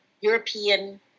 European